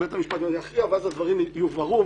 בית המשפט יכריע ואז הדברים יובהרו,